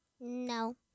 No